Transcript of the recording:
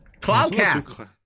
Cloudcast